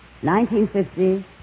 1950